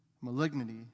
malignity